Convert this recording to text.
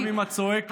גם אם את צועקת,